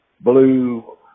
blue